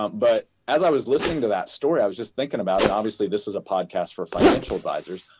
um but as i was listening to that story, i was just thinking about it. obviously, this is a podcast for financial advisors.